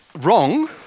wrong